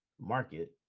market